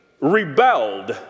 rebelled